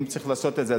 אם צריך לעשות את זה,